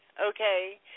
okay